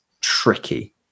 tricky